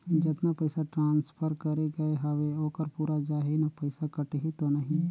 जतना पइसा ट्रांसफर करे गये हवे ओकर पूरा जाही न पइसा कटही तो नहीं?